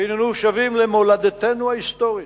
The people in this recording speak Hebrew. שהננו שבים למולדתנו ההיסטורית,